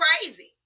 crazy